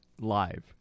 Live